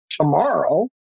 tomorrow